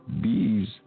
Bees